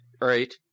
right